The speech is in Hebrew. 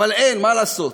אבל אין, מה לעשות.